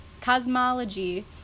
Cosmology